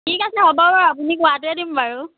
ঠিক আছে হ'ব বাৰু আপুনি কোৱাটোৱেই দিম বাৰু